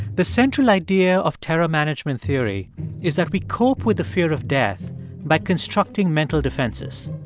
the central idea of terror management theory is that we cope with the fear of death by constructing mental defenses.